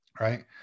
right